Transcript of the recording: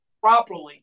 properly